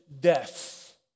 death